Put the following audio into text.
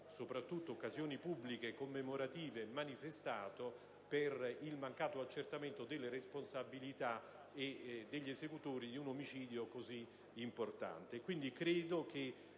soprattutto occasioni pubbliche, commemorative - manifestato per il mancato accertamento delle responsabilità e dell'identità degli esecutori di un omicidio così importante.